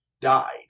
died